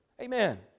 Amen